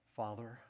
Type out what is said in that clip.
father